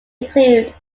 include